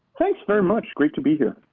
thanks very much. great to be here.